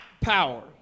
power